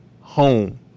home